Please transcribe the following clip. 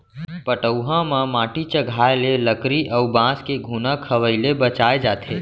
पटउहां म माटी चघाए ले लकरी अउ बांस के घुना खवई ले बचाए जाथे